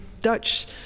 Dutch